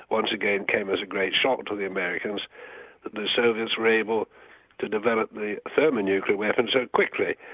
once again, came as a great shock to the americans that the soviets were able to develop the thermonuclear weapon so quickly.